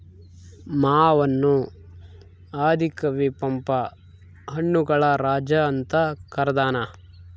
ಮಾವನ್ನು ಆದಿ ಕವಿ ಪಂಪ ಹಣ್ಣುಗಳ ರಾಜ ಅಂತ ಕರದಾನ